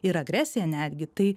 ir agresija netgi tai